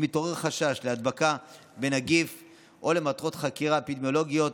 יתעורר חשש להדבקה בנגיף או למטרות חקירה אפידמיולוגית,